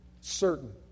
certain